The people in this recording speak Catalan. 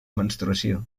menstruació